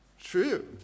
True